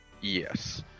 Yes